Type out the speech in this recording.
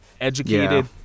educated